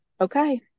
okay